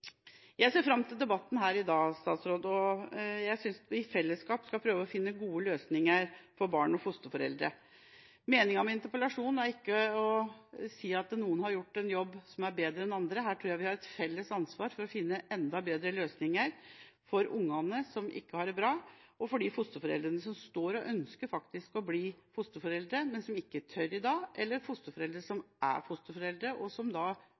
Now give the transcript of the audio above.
Jeg ser fram til debatten her i dag, og jeg synes vi i fellesskap skal prøve å finne gode løsninger for barn og fosterforeldre. Meninga med interpellasjonen er ikke å si at noen har gjort en bedre jobb enn andre. Her tror jeg vi har et felles ansvar for å finne enda bedre løsninger for ungene som ikke har det bra, for dem som ønsker å bli fosterforeldre, men som ikke tør i dag, og for dem som er fosterforeldre, men som